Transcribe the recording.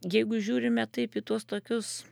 jeigu žiūrime taip į tuos tokius